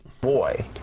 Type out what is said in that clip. boy